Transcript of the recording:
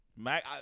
Mac